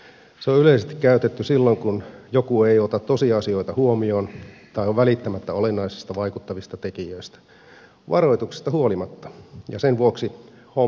se on yleisesti käytetty silloin kun joku ei ota tosiasioita huomioon tai on välittämättä olennaisista vaikuttavista tekijöistä varoituksista huolimatta ja sen vuoksi homma ei onnistu